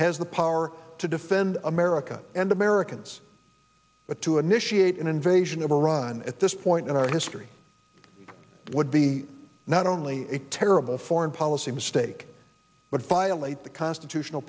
has the power to defend america and americans but to initiate an invasion of iran at this point in our history would be not only a terrible foreign policy mistake but violate the constitutional